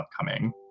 upcoming